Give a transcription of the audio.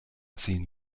ziehen